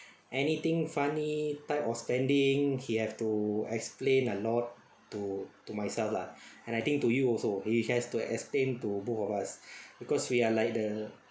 anything funny type of spending he have to explain a lot to to myself lah and I think to you also he has to explain to both of us because we are like the